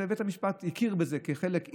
ובית המשפט הכיר בזה כחלק,